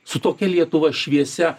su tokia lietuva šviesia